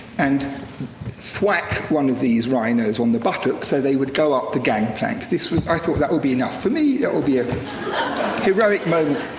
and thwack one of these rhinos on the buttock so they would go up the gangplank. this was, i thought, that will be enough for me, that will be a heroic moment.